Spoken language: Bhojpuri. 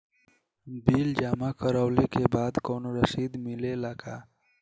बिल जमा करवले के बाद कौनो रसिद मिले ला का?